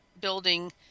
building